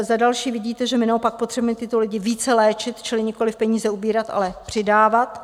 Za další, vidíte, že my naopak potřebujeme tyto lidi více léčit, čili nikoli peníze ubírat, ale přidávat.